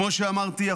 כמו שאמרתי,